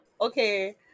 Okay